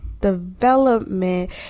development